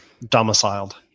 domiciled